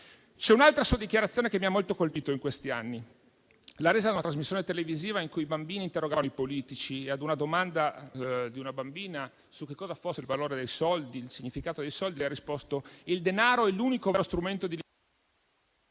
C'è un'altra sua dichiarazione che mi ha molto colpito in questi anni, che ha reso in una trasmissione televisiva in cui i bambini interrogavano i politici. Alla domanda di una bambina su cosa fosse il valore e il significato dei soldi, lei ha risposto: «Il denaro è l'unico vero strumento di libertà.